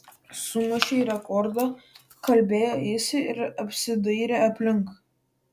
sumušei rekordą kalbėjo jis ir apsidairė aplink